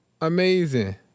amazing